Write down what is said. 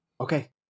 Okay